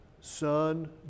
son